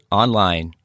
online